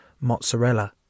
mozzarella